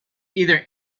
either